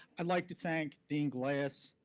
i'd like to thank dean glass,